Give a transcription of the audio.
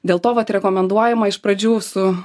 dėl to vat rekomenduojama iš pradžių su